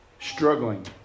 struggling